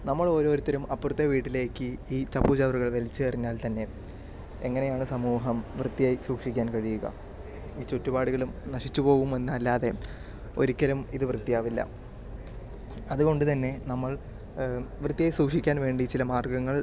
നമ്മളോരോരുത്തരും അപ്പുറത്തെ വീട്ടിലേക്ക് ഈ ചപ്പുചവറുകൾ വലിച്ചു എറിഞ്ഞാൽ തന്നെ എങ്ങനെയാണ് സമൂഹം വൃത്തിയായി സൂക്ഷിക്കാൻ കഴിയുക ഈ ചുറ്റുപാടുകളും നശിച്ചുപോകുമെന്നല്ലാതെ ഒരിക്കലും ഇത് വൃത്തിയാവില്ല അതുകൊണ്ടുതന്നെ നമ്മൾ വൃത്തിയായി സൂക്ഷിക്കാൻ വേണ്ടി ചില മാർഗങ്ങൾ